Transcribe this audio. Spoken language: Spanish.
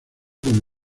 con